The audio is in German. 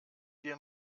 wir